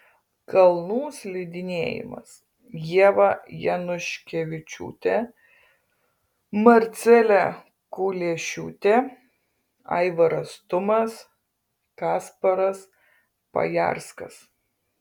kalnų slidinėjimas ieva januškevičiūtė marcelė kuliešiūtė aivaras tumas kasparas pajarskas